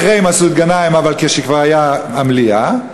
אחרי מסעוד גנאים אבל כשכבר הייתה המליאה,